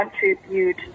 contribute